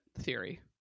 theory